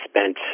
spent